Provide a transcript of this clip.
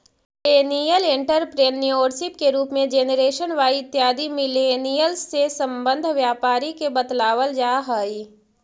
millennial entrepreneurship के रूप में जेनरेशन वाई इत्यादि मिलेनियल्स् से संबंध व्यापारी के बतलावल जा हई